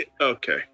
Okay